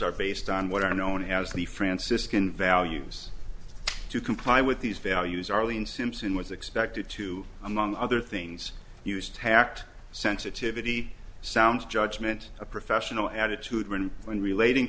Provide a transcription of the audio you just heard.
are based on what are known as the franciscan values to comply with these values arlene simpson was expected to among other things used tact sensitivity sounds judgment a professional attitude and when relating